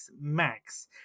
Max